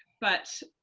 but